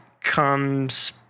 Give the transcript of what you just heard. comes